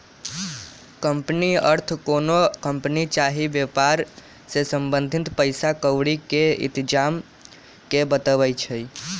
company अर्थ कोनो company चाही वेपार से संबंधित पइसा क्औरी के इतजाम के बतबै छइ